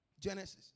Genesis